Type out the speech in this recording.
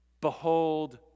Behold